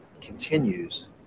continues